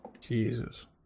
Jesus